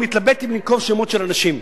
ואני מתלבט אם לנקוב בשמות של אנשים,